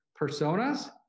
personas